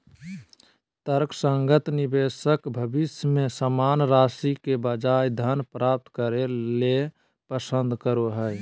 तर्कसंगत निवेशक भविष्य में समान राशि के बजाय धन प्राप्त करे ल पसंद करो हइ